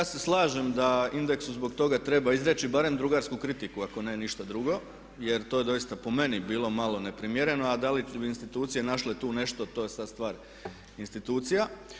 Ja se slažem da INDEX-u zbog toga treba izreći barem drugarsku kritiku ako ne ništa drugo jer to je doista po meni bilo malo neprimjereno, a da li bi institucije našle tu nešto to je sad stvar institucija.